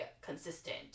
consistent